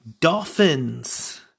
Dolphins